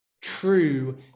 true